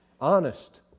honest